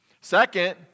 Second